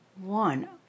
one